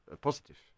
positive